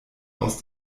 aus